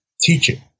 teaching